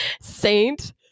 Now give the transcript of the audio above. saint